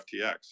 FTX